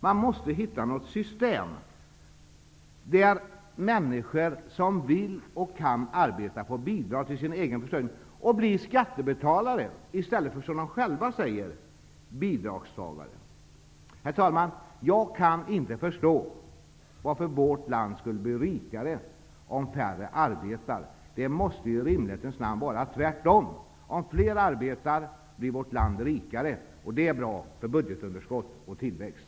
Vi måste hitta något system som gör att människor som vill och kan arbeta får bidrag till sin egen försörjning och blir skattebetalare i stället för, som de själva säger, bidragstagare. Herr talman! Jag kan inte förstå varför vårt land skulle bli rikare om färre arbetar. Det måste i rimlighetens namn vara tvärtom. Om fler arbetar blir vårt land rikare. Det är bra för både budgetunderskott och tillväxt.